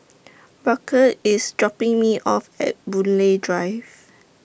Burke IS dropping Me off At Boon Lay Drive